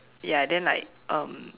ya then like um